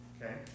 Okay